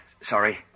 Sorry